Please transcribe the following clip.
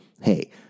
Hey